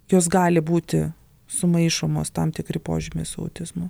jos gali būti sumaišomos tam tikri požymiai su autizmu